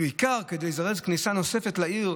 בעיקר כדי לזרז כניסה נוספת לעיר,